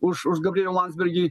už už gabrielių landsbergį